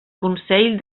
consell